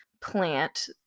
plant